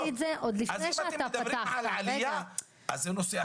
אז אם אתם מדברים על עלייה, זה נושא אחר.